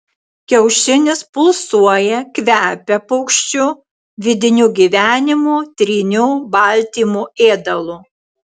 kiaušinis pulsuoja kvepia paukščiu vidiniu gyvenimu tryniu baltymu ėdalu